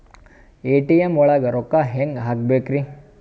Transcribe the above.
ATM ಒಳಗ್ ರೊಕ್ಕ ಹೆಂಗ್ ಹ್ಹಾಕ್ಬೇಕ್ರಿ?